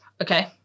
Okay